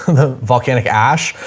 the volcanic ash,